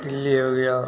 दिल्ली हो गई